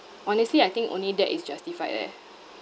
honestly I think only that is justified eh